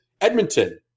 Edmonton